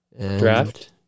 draft